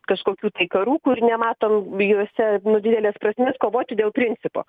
kažkokių tai karų kur nematom juose nu didelės prasmės kovoti dėl principo